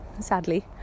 Sadly